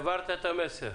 העברת את המסר.